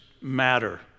matter